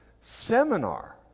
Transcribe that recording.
seminar